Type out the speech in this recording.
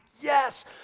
yes